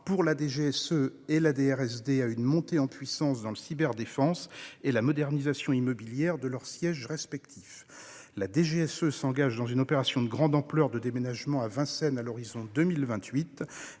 de la défense (DRSD), à une montée en puissance dans la cyberdéfense et à la modernisation immobilière de leurs sièges respectifs. La DGSE s'engage dans une opération de grande ampleur de déménagement à Vincennes à l'horizon de 2028.